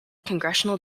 congressional